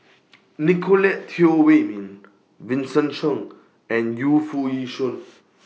Nicolette Teo Wei Min Vincent Cheng and Yu Foo Yee Shoon